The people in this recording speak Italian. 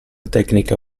tecnica